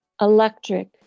electric